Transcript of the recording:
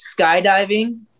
skydiving